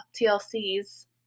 TLC's